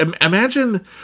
Imagine